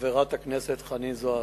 חברת הכנסת חנין זועבי,